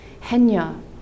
Henya